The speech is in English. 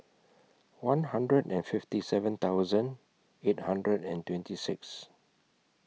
one hundred and fifty seven thousand eight hundred and twenty six